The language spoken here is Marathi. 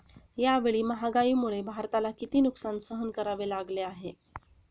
यावेळी महागाईमुळे भारताला किती नुकसान सहन करावे लागले आहे?